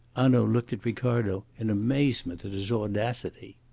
hanaud looked at ricardo in amazement at his audacity.